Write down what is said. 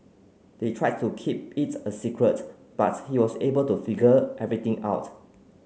they tried to keep it a secret but he was able to figure everything out